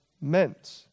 meant